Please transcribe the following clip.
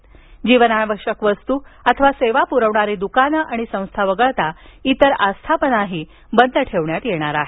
तसंच जीवनावश्यक वस्तू अथवा सेवा पुरवणारी दुकाने आणि संस्था वगळता इतर आस्थापना बंद राहणार आहेत